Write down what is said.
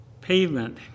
pavement